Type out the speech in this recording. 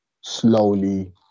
slowly